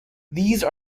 these